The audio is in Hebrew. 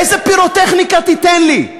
איזה פירוטכניקה תיתן לי?